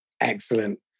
Excellent